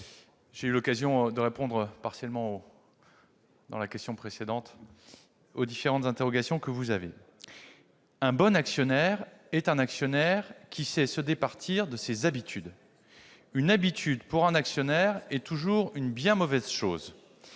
j'ai eu l'occasion de répondre partiellement dans la question précédente à vos différentes interrogations. Un bon actionnaire est un actionnaire qui sait se départir de ses habitudes. Une habitude pour un actionnaire est toujours une bien mauvaise chose.